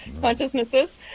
consciousnesses